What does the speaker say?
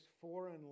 foreign